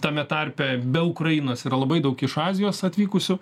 tame tarpe be ukrainos yra labai daug iš azijos atvykusių